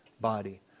body